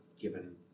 given